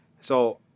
so-